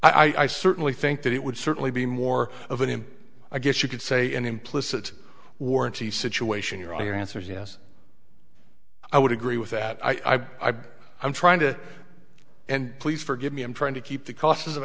case i certainly think that it would certainly be more of an im i guess you could say an implicit warranty situation your answer is yes i would agree with that i i'm trying to and please forgive me i'm trying to keep the causes of